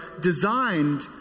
designed